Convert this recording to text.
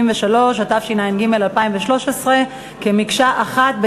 133), התשע"ג 2013, במקשה אחת.